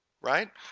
Right